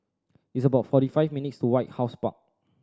it's about forty five minutes' walk to White House Park